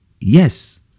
yes